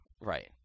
Right